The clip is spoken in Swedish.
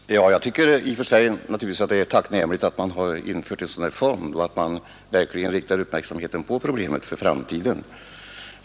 Fru talman! Jag tycker naturligtvis att det i och för sig är tacknämligt att man har skapat en sådan här fond och att man verkligen riktar uppmärksamheten på problemet för framtiden.